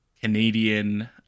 Canadian